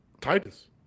Titus